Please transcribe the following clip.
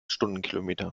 stundenkilometern